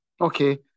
Okay